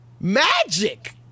Magic